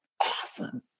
awesome